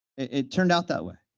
it turned out that way,